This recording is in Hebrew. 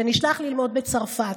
הוא נשלח ללמוד בצרפת,